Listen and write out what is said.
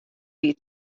wie